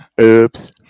Oops